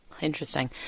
interesting